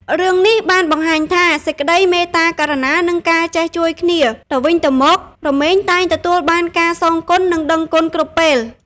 រឿងនេះបានបង្ហាញថា សេចក្តីមេត្តាករុណា និង ការចេះជួយគ្នាទៅវិញទៅមក រមែងតែងទទួលបានការសងគុណនិងដឹងគុណគ្រប់ពេល។